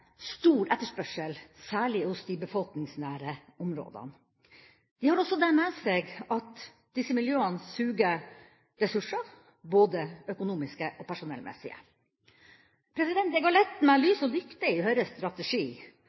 stor etterspørsel, særlig i de befolkningsnære områdene. Disse miljøene har også det ved seg at de suger ressurser, både økonomiske og personellmessige. Jeg har lett med lys og lykte i Høyres strategi